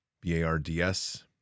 B-A-R-D-S